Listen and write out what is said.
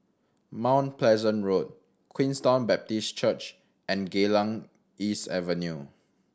Mount Pleasant Road Queenstown Baptist Church and Geylang East Avenue